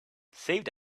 saved